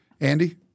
Andy